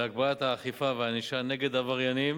בהגברת האכיפה והענישה נגד עבריינים